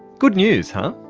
good news, huh?